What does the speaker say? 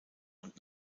und